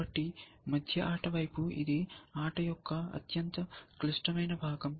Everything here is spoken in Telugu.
కాబట్టి మధ్య ఆట వైపు ఇది ఆట యొక్క అత్యంత క్లిష్టమైన భాగం